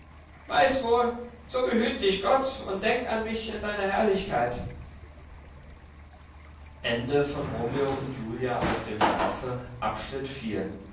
weiß wohl so behüt dich gott und denk an mich in deiner herrlichkeit die